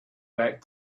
that